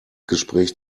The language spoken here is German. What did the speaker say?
gespräch